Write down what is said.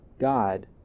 God